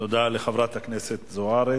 תודה לחברת הכנסת זוארץ.